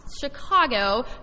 Chicago